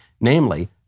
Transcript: namely